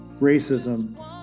racism